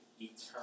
eternal